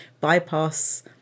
bypass